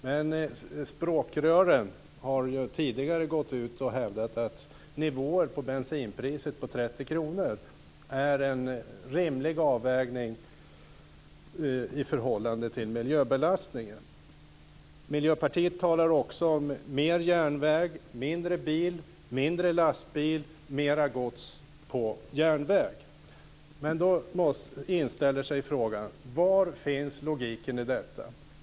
Men språkrören har tidigare gått ut och hävdat att nivån på bensinpriset på 30 kr är en rimlig avvägning i förhållande till miljöbelastningen. Miljöpartiet talar också om mer järnväg, mindre bil, mindre lastbil, mera gods på järnväg. Då inställer sig frågan: Var finns logiken i detta?